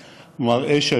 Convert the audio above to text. מראה, אל-אלוף.